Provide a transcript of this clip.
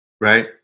right